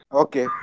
okay